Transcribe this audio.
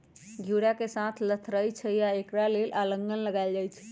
घिउरा के गाछ लथरइ छइ तऽ एकरा लेल अलांन लगायल जाई छै